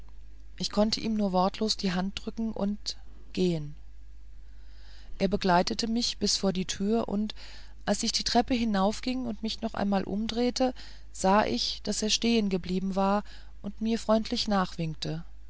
ich konnte ihm nur wortlos die hand drücken und gehen er begleitete mich bis vor die türe und als ich die treppe hinaufging und mich noch einmal umdrehte sah ich daß er stehen geblieben war und mir freundlich